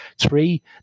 Three